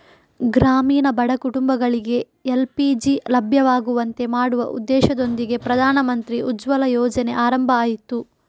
ಗ್ರಾಮೀಣ ಬಡ ಕುಟುಂಬಗಳಿಗೆ ಎಲ್.ಪಿ.ಜಿ ಲಭ್ಯವಾಗುವಂತೆ ಮಾಡುವ ಉದ್ದೇಶದೊಂದಿಗೆ ಪ್ರಧಾನಮಂತ್ರಿ ಉಜ್ವಲ ಯೋಜನೆ ಆರಂಭ ಆಯ್ತು